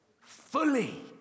fully